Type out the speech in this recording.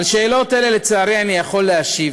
על שאלות אלה, לצערי, אני יכול להשיב: